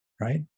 right